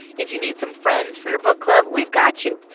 if you need some friends for your book club, we've got you.